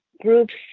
groups